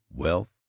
wealth?